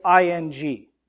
ing